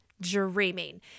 dreaming